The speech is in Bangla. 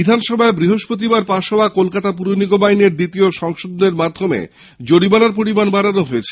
বিধানসভায় বৃহস্পতিবার পাশ হওয়া কলকাতা পুরনিগম আইনের দ্বিতীয় সংশোধনের মাধ্যমে জরিমানার পরিমাণ বাড়ানো হয়েছে